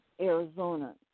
Arizona